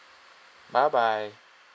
bye bye